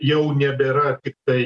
jau nebėra tiktai